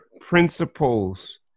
principles